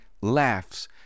laughs